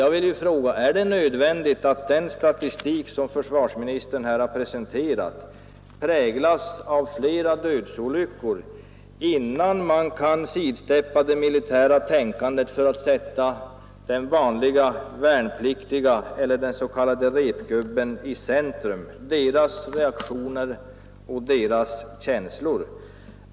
Jag frågar vidare: Är det nödvändigt att den statistik som försvarsministern här presenterat präglas av flera dödsolyckor, innan man kan sidsteppa det militära tänkandet för att sätta den vanlige värnpliktige eller den s.k. repgubben i centrum — deras reaktioner och deras känslor?